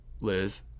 Liz